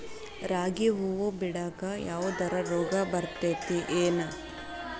ರಾಗಿ ಹೂವು ಬಿಡುವಾಗ ಯಾವದರ ರೋಗ ಬರತೇತಿ ಏನ್?